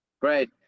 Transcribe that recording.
Great